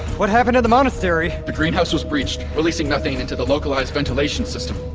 what happened at the monastery? the greenhouse was breached, releasing methane into the localized ventilation system.